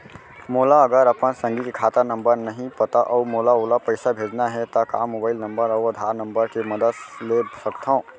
मोला अगर अपन संगी के खाता नंबर नहीं पता अऊ मोला ओला पइसा भेजना हे ता का मोबाईल नंबर अऊ आधार नंबर के मदद ले सकथव?